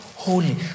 Holy